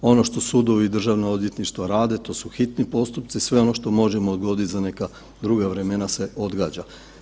Ono što sudovi i državna odvjetništva rade to su hitni postupci, sve ono što možemo odgoditi za neka druga vremena se odgađa.